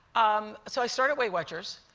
um so i started weight watchers.